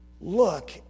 Look